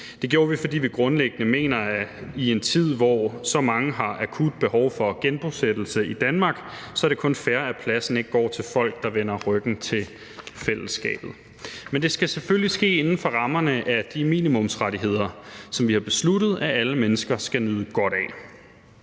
Det gjorde vi, fordi vi grundlæggende mener, at det i en tid, hvor så mange har akut behov for genbosættelse i Danmark, kun er fair, at pladsen ikke går til folk, der vender ryggen til fællesskabet. Men det skal selvfølgelig ske inden for rammerne af de minimumsrettigheder, som vi har besluttet at alle mennesker skal nyde godt af,